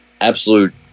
absolute